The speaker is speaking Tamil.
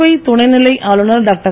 புதுவை துணைநிலை ஆளுநர் டாக்டர்